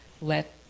let